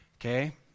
okay